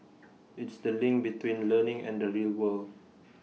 it's the link between learning and the real world